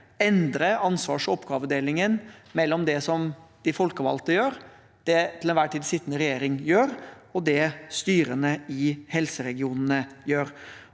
endre ansvars- og oppgavedelingen mellom det de folkevalgte gjør, det til enhver tid sittende regjering gjør, og det styrene i helseregionene gjør.